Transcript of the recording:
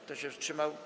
Kto się wstrzymał?